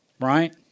right